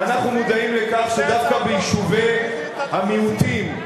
אני שואל כי אני יושב בוועדת הכספים,